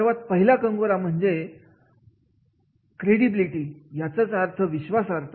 सर्वात पहिला कंगोरा म्हणजे क्रेदिबिलिटी म्हणजेच विश्वासार्हता